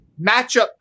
matchup